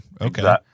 Okay